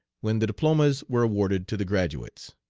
when the diplomas were awarded to the graduates.